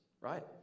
right